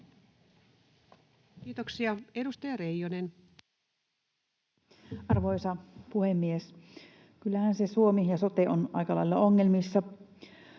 Time: 17:03 Content: Arvoisa puhemies! Kyllähän se Suomi ja sote on aika lailla ongelmissa.